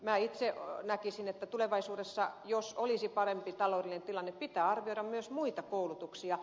minä itse näkisin että tulevaisuudessa jos olisi parempi taloudellinen tilanne pitää arvioida myös muita koulutuksia